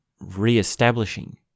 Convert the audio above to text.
re-establishing